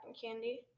candy